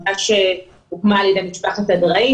שהוקמה על ידי משפחת אדרעי,